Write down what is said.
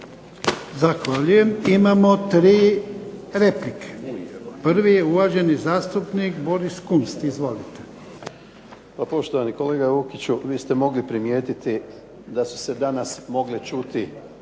Zahvaljujem. Imamo 3 replike. Prvi je uvaženi zastupnik Boris Kunst, izvolite. **Kunst, Boris (HDZ)** Poštovani kolega Vukiću vi ste mogli primijetiti da su se danas mogle čuti